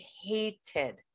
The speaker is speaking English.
hated